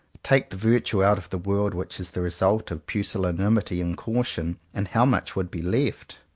take the virtue out of the world which is the result of pusillanimity and caution, and how much would be left?